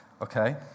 okay